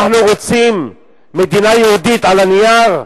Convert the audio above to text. אנחנו רוצים מדינה יהודית על הנייר,